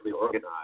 organized